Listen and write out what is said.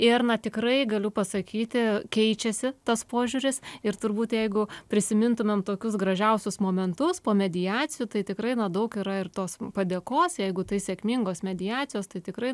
ir na tikrai galiu pasakyti keičiasi tas požiūris ir turbūt jeigu prisimintumėm tokius gražiausius momentus po mediacijų tai tikrai na daug yra ir tos padėkos jeigu tai sėkmingos mediacijos tai tikrai